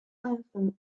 anthem